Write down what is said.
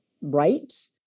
right